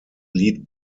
lead